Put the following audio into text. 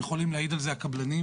ויכולים להעיד על זה הקבלנים,